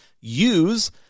use